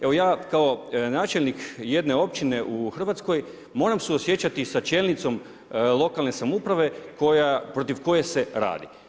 Evo, ja kao načelnik jedne općine u Hrvatskoj, moram suosjećati sa čelnikom lokalne samouprave, protiv koje se radi.